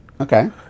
Okay